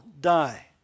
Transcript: die